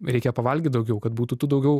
reikia pavalgyt daugiau kad būtų tų daugiau